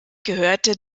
gehörte